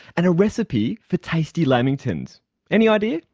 and a recipe for tasty lamingtons. any idea?